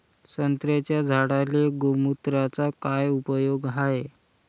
संत्र्याच्या झाडांले गोमूत्राचा काय उपयोग हाये?